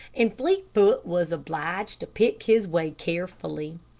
and fleetfoot was obliged to pick his way carefully.